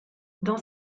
dans